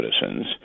citizens